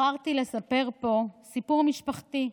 בחרתי לספר פה סיפור משפחתי,